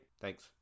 thanks